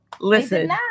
listen